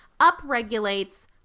upregulates